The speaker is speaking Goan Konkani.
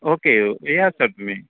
ओके येयात तर तुमी